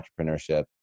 entrepreneurship